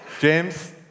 James